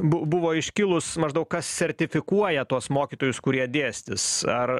bu buvo iškilus maždaug kas sertifikuoja tuos mokytojus kurie dėstys ar